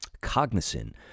cognizant